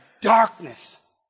darkness